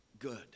good